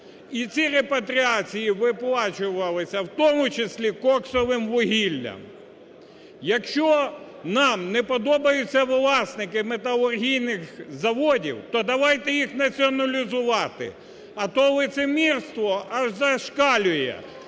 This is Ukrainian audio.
і ці репатріації виплачувалися в тому числі коксовим вугіллям. Якщо нам не подобається власники металургійних заводів, то давайте їх націоналізувати, а то лицемірство аж зашкалює.